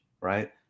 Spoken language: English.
right